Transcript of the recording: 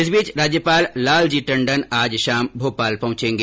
इस बीच राज्यपाल लालजी टंडन आज शाम भोपाल पहुंच रहे हैं